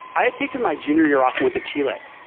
i had taken my junior year off and went to chile,